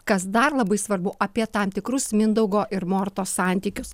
kas dar labai svarbu apie tam tikrus mindaugo ir mortos santykius